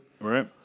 Right